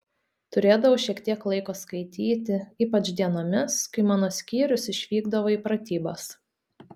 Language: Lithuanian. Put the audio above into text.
turėdavau šiek tiek laiko skaityti ypač dienomis kai mano skyrius išvykdavo į pratybas